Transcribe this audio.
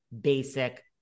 basic